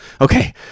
okay